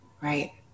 right